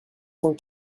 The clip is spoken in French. cent